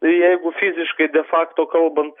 jeigu fiziškai de fakto kalbant